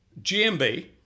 GMB